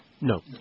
No